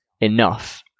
enough